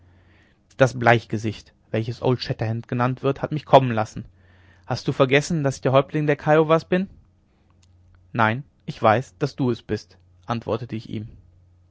das bleichgesicht welches old shatterhand genannt wird hat mich kommen lassen hast du vergessen daß ich der häuptling der kiowas bin nein ich weiß daß du es bist antwortete ich ihm